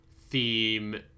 theme